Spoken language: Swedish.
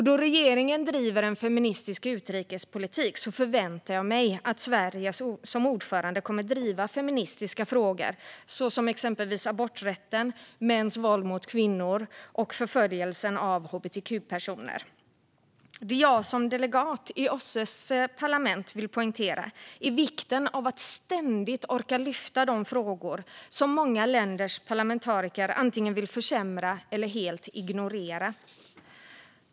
Då regeringen driver en feministisk utrikespolitik förväntar jag mig att Sverige som ordförande kommer att driva feministiska frågor som exempelvis aborträtten, mäns våld mot kvinnor och förföljelsen av hbtq-personer. Det jag som delegat i OSSE:s parlamentariska församling vill poängtera är vikten av att ständigt orka lyfta frågor som gäller sådant som många länders parlamentariker antingen vill försämra eller helt ignorera.